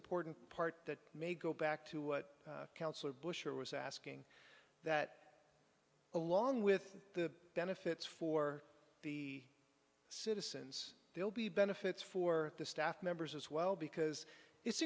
important part that may go back to what council or bush or was asking that along with the benefits for the citizens will be benefits for the staff members as well because it's